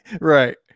right